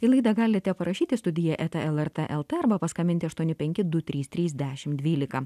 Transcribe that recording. į laidą galite parašyti studija eta lrt lt arba paskambinti aštuoni penki du trys trys dešim dvylika